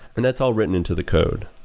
and that's all written into the code.